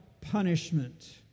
punishment